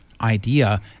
idea